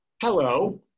Hello